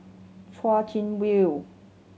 Chwee Chian View